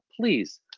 please